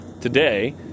today